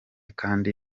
kandi